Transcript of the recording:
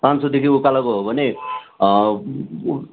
पाँच सौदेखि उकालोको हो भने